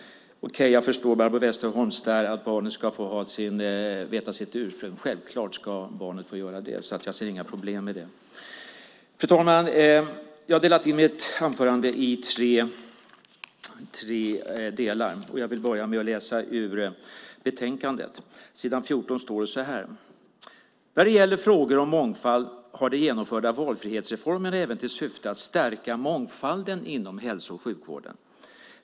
Jag förstår Barbro Westerholm när det gäller att barnet ska få veta sitt ursprung. Självklart ska barnet få det. Jag ser inga problem med det. Fru talman! Jag har delat in mitt anförande i tre delar. Jag vill börja med att läsa ur betänkandet. På s. 14 står det så här: När det gäller frågor om mångfald har de genomförda valfrihetsreformerna även till syfte att stärka mångfalden inom hälso och sjukvården.